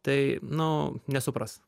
tai nu nesupras